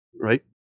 right